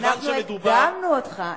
הקדמנו אותך,